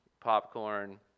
popcorn